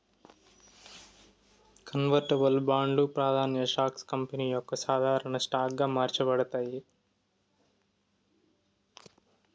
convertible బాండ్లు, ప్రాదాన్య stocks company యొక్క సాధారన స్టాక్ గా మార్చబడతాయి